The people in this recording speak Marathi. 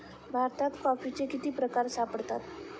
भारतात कॉफीचे किती प्रकार सापडतात?